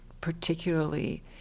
particularly